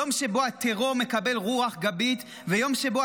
יום שבו הטרור מקבל רוח גבית ויום שבו